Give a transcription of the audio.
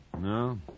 No